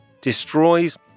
destroys